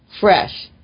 fresh